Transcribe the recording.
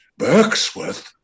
Berksworth